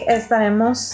estaremos